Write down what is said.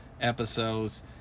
episodes